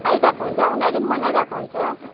आइरहेको हुन्छ उनीहरूले पनि मनाइरहेको हुन्छ